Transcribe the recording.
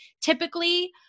typically